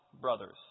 brothers